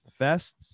fests